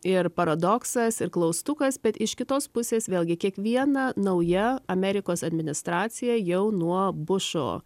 ir paradoksas ir klaustukas bet iš kitos pusės vėlgi kiekviena nauja amerikos administracija jau nuo bušo